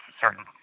certain